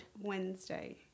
Wednesday